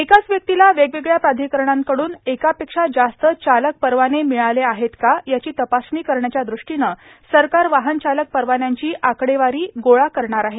एकाच व्यक्तीला वेगवेगळ्या प्राधिकरणांकडून एकापेक्षा जास्त चालक परवाने मिळाले आहेत का याची तपासणी करण्याच्या द्रष्टीनं सरकार वाहन चालक परवान्यांची आकडेवारी गोळा करणार आहे